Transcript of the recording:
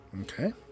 Okay